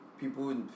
people